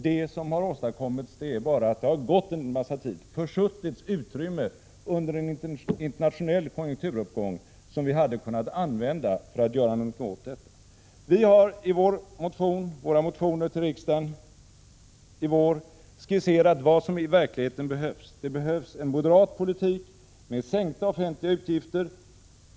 Det som har åstadkommits är bara att det har gått mycket tid, att man har försuttit utrymme under en internationell konjunkturuppgång som vi hade kunnat använda för att göra någonting åt problemen. Vi har i motioner till riksdagen i vår skisserat vad som i verkligheten behövs. Det behövs en moderat politik med sänkta offentliga utgifter.